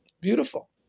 Beautiful